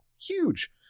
huge